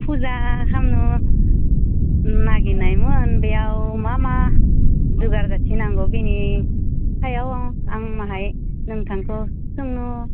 फुजा खामनु नागिरनायमोन बेयाव मा मा जुगारपाति नांगौ बिनि सायाव आं माहाय नोंथांख सोंनु